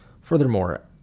furthermore